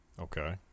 okay